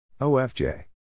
OFJ